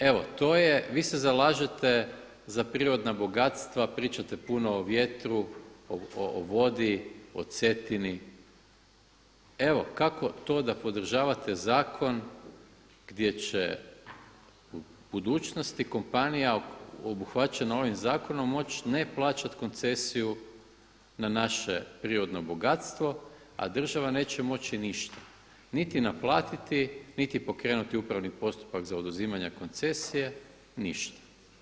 Evo to je vi se zalažete za prirodna bogatstva, pričate puno o vjetru, o vodi, o Cetini, evo kako to da podržavate zakon gdje će u budućnosti kompanija obuhvaćena ovim zakonom moći ne plaćati koncesiju na naše prirodno bogatstvo, a država neće moći ništa, niti naplatiti niti pokrenuti upravni postupak za oduzimanje koncesije, ništa.